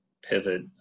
pivot